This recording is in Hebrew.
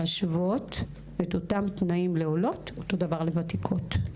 -- להשוות; אותם תנאים לעולות אותו דבר לוותיקות.